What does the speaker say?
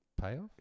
payoff